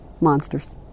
monsters